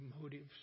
motives